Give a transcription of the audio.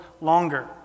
longer